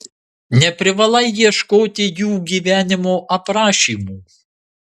neprivalai ieškoti jų gyvenimo aprašymų